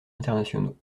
internationaux